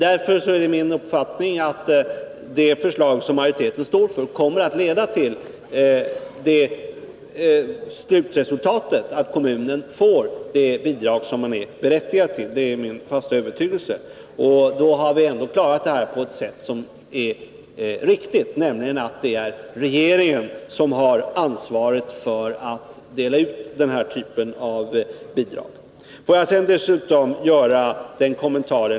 Därför är det min uppfattning att det förslag som majoriteten står för kommer att leda till det slutresultatet att kommunen får det bidrag den är berättigad till. Det är min fasta övertygelse. Om så blir fallet har vi klarat det hela på ett riktigt sätt. Det är nämligen regeringen som har ansvaret för att dela ut den här typen av bidrag. Får jag dessutom göra ytterligare en kommentar.